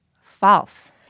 False